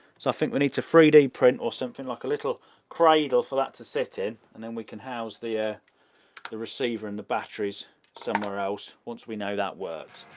so i think we need to three d print or something like a little cradle for that to sit in and then we can house the ah the receiver and the batteries somewhere else, once we know that works.